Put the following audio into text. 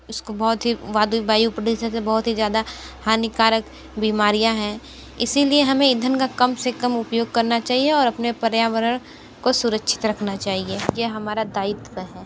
उसको बहुत ही वादे वायु प्रदूषण से बहुत ही ज़्यादा हानिकारक बीमारियाँ हैं इसी लिए हमें ईंधन का कम से कम उपयोग करना चाहिए और अपने पर्यावरण को सुरक्षित रखना चाहिए ये हमारा दायित्व है